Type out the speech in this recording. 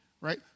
right